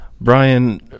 Brian